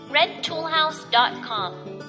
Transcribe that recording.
redtoolhouse.com